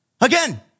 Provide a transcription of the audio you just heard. Again